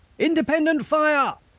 independent fire!